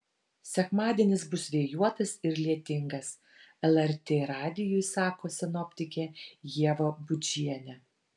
sekmadienis bus vėjuotas ir lietingas lrt radijui sako sinoptikė ieva budžienė